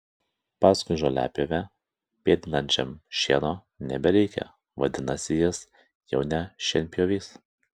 paskui žoliapjovę pėdinančiam šieno nebereikia vadinasi jis jau ne šienpjovys